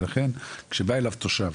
ולכן כשבא אליו תושב